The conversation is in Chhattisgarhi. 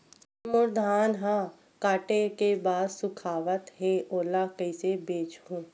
मोर धान ह काटे के बाद सुखावत हे ओला कइसे बेचहु?